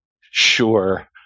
sure